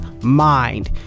mind